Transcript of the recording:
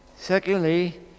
secondly